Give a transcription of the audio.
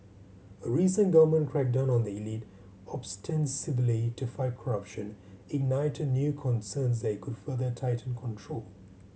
a recent government crackdown on the elite ostensibly to fight corruption ignited new concerns that it could further tighten control